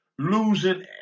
losing